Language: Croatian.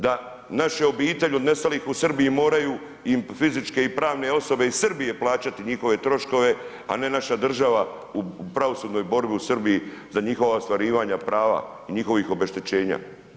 Da naše obitelji od nestalih u Srbiji moraju im fizičke i pravne osobe iz Srbije plaćati njihove troškove, a ne naša država u pravosudnoj borbi u Srbiji za njihova ostvarivanja prava i njihovih obeštećenja.